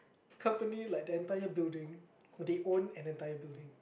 company like the entire building they own an entire building